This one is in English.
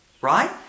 Right